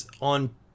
on